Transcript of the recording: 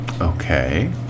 okay